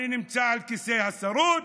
אני נמצא על כיסא השירות,